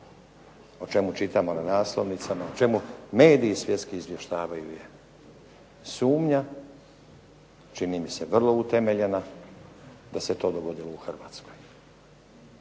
o čemu čitamo na naslovnicama, o čemu mediji svjetski izvještavaju je sumnja, čini mi se vrlo utemeljena da se to dogodilo u Hrvatskoj.